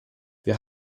wir